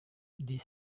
des